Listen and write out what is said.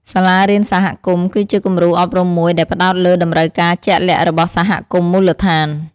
សាលារៀនសហគមន៍ គឺជាគំរូអប់រំមួយដែលផ្តោតលើតម្រូវការជាក់លាក់របស់សហគមន៍មូលដ្ឋាន។